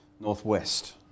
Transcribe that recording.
northwest